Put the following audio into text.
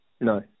No